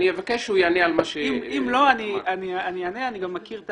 אני גם מכיר את